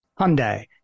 Hyundai